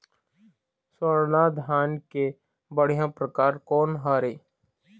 स्वर्णा धान के बढ़िया परकार कोन हर ये?